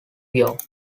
york